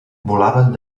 volaven